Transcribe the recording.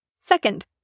Second